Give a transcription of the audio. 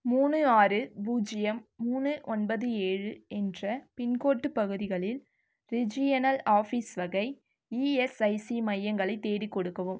மூணு ஆறு பூஜ்ஜியம் மூணு ஒன்பது ஏழு என்ற பின்கோட் பகுதிகளில் ரீஜியனல் ஆஃபீஸ் வகை இஎஸ்ஐசி மையங்களை தேடி கொடுக்கவும்